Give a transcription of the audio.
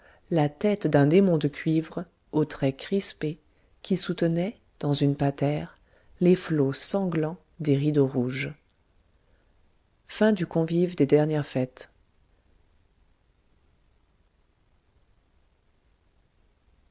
la tête d'un démon de cuivre aux traits crispés qui soutenait dans une patère les flots sanglants des rideaux rouges